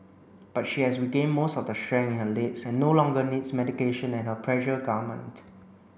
but she has regained most of the strength in her legs and no longer needs medication and her pressure garment